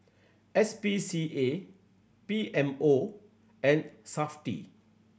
S P C A B M O and Safti